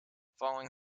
following